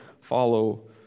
follow